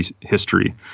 history